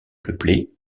peuplée